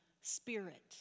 spirit